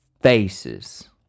Faces